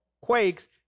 quakes